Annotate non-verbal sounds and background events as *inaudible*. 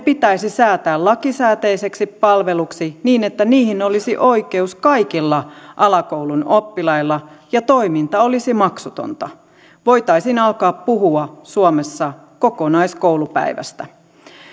*unintelligible* pitäisi säätää lakisääteiseksi palveluksi niin että niihin olisi oikeus kaikilla alakoulun oppilailla ja toiminta olisi maksutonta voitaisiin alkaa puhua suomessa kokonaiskoulupäivästä